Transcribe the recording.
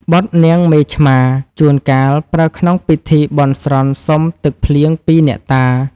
បទនាងមេឆ្មា ជួនកាលប្រើក្នុងពិធីបន់ស្រន់សុំទឹកភ្លៀងពីអ្នកតា។